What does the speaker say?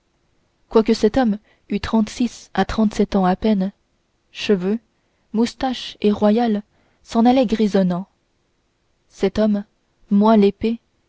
quoique cet homme eût trente-six à trentesept ans à peine cheveux moustache et royale s'en allaient grisonnant cet homme moins l'épée